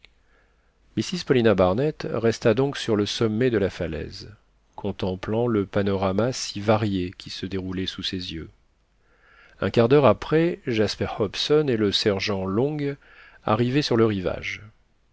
mrs paulina barnett resta donc sur le sommet de la falaise contemplant le panorama si varié qui se déroulait sous ses yeux un quart d'heure après jasper hobson et le sergent long arrivaient sur le rivage